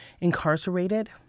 incarcerated